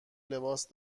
لباس